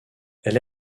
elle